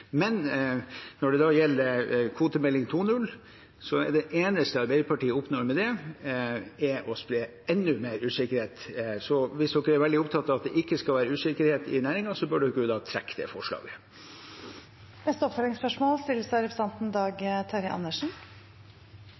Når det gjelder kvotemelding 2.0, er det eneste Arbeiderpartiet oppnår med det, å spre enda mer usikkerhet, så hvis dere er veldig opptatt av at det ikke skal være usikkerhet i næringen, burde dere ha trukket det forslaget. Dag Terje Andersen – til oppfølgingsspørsmål. Det er fint at fiskeriministeren blir på sin post! I forbindelse med Stortingets behandling av